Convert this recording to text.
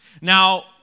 Now